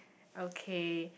okay